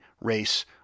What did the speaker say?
race